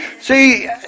See